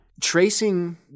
tracing